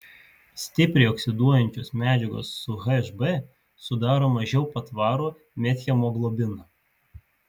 stipriai oksiduojančios medžiagos su hb sudaro mažiau patvarų methemoglobiną